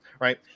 right